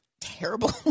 terrible